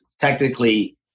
technically